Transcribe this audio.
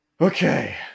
okay